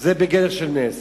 זה בגדר של נס